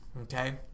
okay